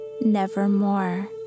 nevermore